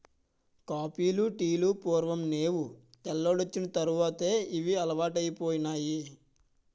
కాపీలు టీలు పూర్వం నేవు తెల్లోడొచ్చిన తర్వాతే ఇవి అలవాటైపోనాయి